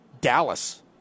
Dallas